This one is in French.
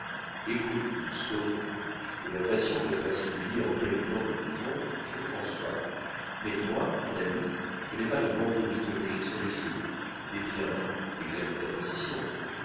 écoute lousteau que la passion te fasse oublier en quel temps nous vivons je le conçois mais moi ton ami je n'ai pas de bandeau mythologique sur les yeux eh bien examine ta position